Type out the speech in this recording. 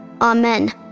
Amen